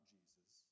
Jesus